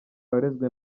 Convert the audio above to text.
warezwe